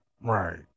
Right